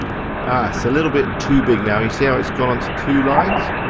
ah so a little bit too big now, you see how it's gone onto two lines.